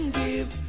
give